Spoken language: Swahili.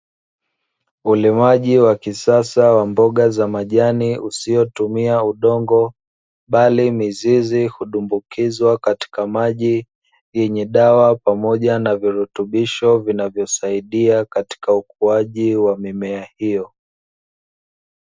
Ulimaji wa kisasa wa mboga za majani usiotumia udongo bali mizizi hutumbukizwa katika maji yenye dawa pamoja na virutubisho, vinavyosaidia katika ukuaji wa mimea hiyo.